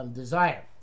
desire